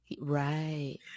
right